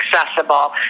accessible